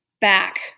back